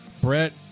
Brett